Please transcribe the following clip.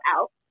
out